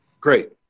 Great